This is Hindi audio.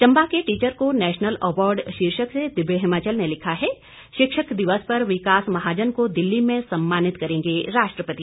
चंबा के टीचर को नेशनल अवार्ड शीर्षक से दिव्य हिमाचल ने लिखा है शिक्षक दिवस पर विकास महाजन को दिल्ली में सम्मानित करेंगे राष्ट्रपति